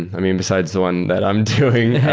i mean, besides the one that i'm doing,